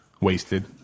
Wasted